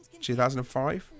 2005